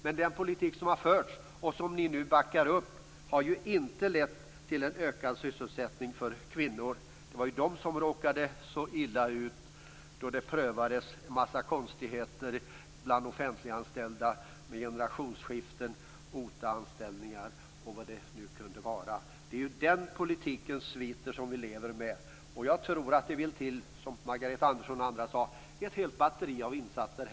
Men den politik som har förts och som ni nu backar upp har faktiskt inte lett till en ökad sysselsättning för kvinnor. Det var ju kvinnor som råkade så illa ut då en massa konstigheter prövades bland offentliganställda - med generationsskiften, OTA-anställningar och allt vad det var. Det är den politikens sviter som vi lever med. Jag tror att det, som bl.a. Margareta Andersson sade, vill till att det blir ett helt batteri av insatser.